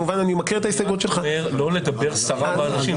כמובן אני מכיר את ההסתייגות שלך --- אני רק אומר לא לדבר סרה באנשים.